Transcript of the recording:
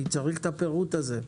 אני צריך את הפירוט הזה,